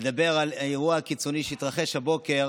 לדבר על אירוע קיצוני שהתרחש הבוקר